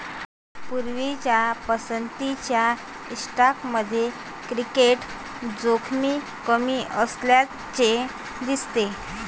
पूर्वीच्या पसंतीच्या स्टॉकमध्ये क्रेडिट जोखीम कमी असल्याचे दिसते